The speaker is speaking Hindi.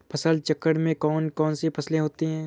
फसल चक्रण में कौन कौन सी फसलें होती हैं?